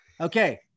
Okay